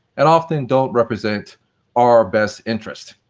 and often don't represent our best interest.